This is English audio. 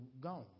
gone